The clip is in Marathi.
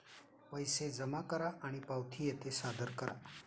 पैसे जमा करा आणि पावती येथे सादर करा